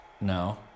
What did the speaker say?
No